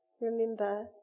remember